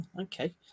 Okay